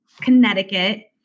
Connecticut